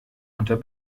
unter